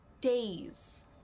days